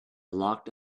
locked